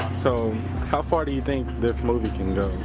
so how far do you think this movie can go?